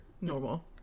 normal